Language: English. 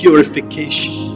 Purification